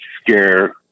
scare